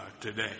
today